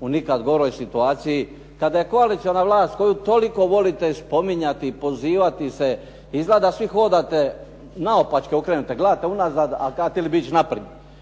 u nikad goroj situaciji. Kada je koalicijska vlast koju toliko volite spominjati, pozivati se, izgleda da svi hodate naopačke okrenuti, gledate unazad, a kao htjeli bi ići naprijed.